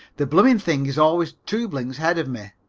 the bloomin' thing is always two blinks ahead of me.